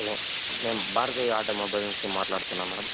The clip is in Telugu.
హలో మేము భారతి ఆటోమొబైల్ నుంచి మాట్లాడుతున్నాం మేడం